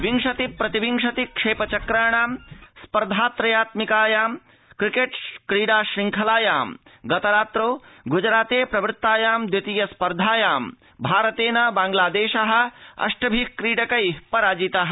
विंशति प्रतिविंशति क्षेपचक्राणां स्पर्धात्रयात्मिकायां क्रिकेट क्रीडा शुखलायां गतरात्रौ गुजराते प्रवृत्तायां द्वितीय स्पर्धायां भारतेन बांग्लादेशः अष्टभिः क्रीडकैः पराजितः